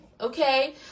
okay